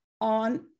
on